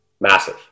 Massive